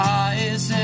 eyes